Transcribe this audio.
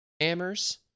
Hammers